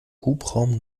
hubraum